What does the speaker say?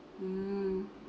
mm